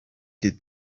did